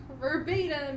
verbatim